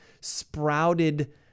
sprouted